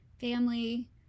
family